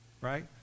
right